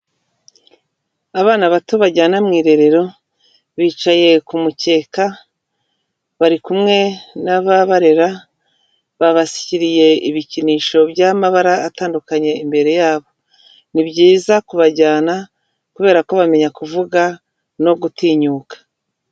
Abana bato bajyana mu irerero bicaye ku mukeka bari kumwe n'ababarera babashyiriye ibikinisho bya'amabara atandukanye imbere yabo, ni byiza kubajyana kubera ko bamenya kuvuga no gutinyuka.